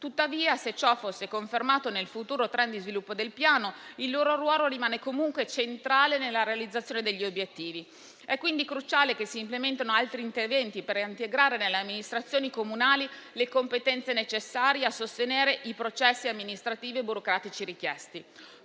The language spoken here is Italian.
tuttavia, se ciò fosse confermato nel futuro *trend* di sviluppo del Piano, il loro ruolo rimarrebbe comunque centrale nella realizzazione degli obiettivi. È quindi cruciale che si implementino altri interventi per integrare nelle amministrazioni comunali le competenze necessarie a sostenere i processi amministrativi e burocratici richiesti.